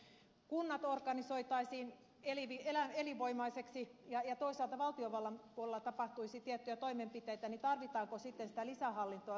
jos kunnat organisoitaisiin elinvoimaisiksi ja toisaalta valtiovallan puolella tapahtuisi tiettyjä toimenpiteitä niin tarvitaanko sitten sitä lisähallintoa väliin